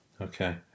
okay